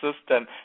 system